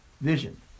vision